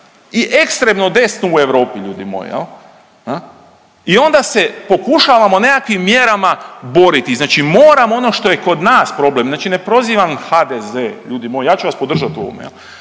i ekstremno desno u Europi ljudi moji. I onda se pokušavamo nekakvim mjerama boriti, znači moramo ono što je kod nas problem, znači ne prozivam HDZ ljudi moji, ja ću vas podržati u ovome.